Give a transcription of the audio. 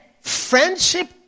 friendship